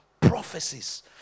Prophecies